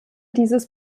dieses